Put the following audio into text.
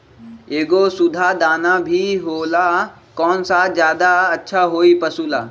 एगो सुधा दाना भी होला कौन ज्यादा अच्छा होई पशु ला?